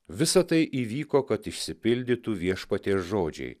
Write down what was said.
visa tai įvyko kad išsipildytų viešpaties žodžiai